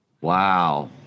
wow